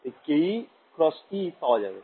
তাই ke × E পাওয়া যাবে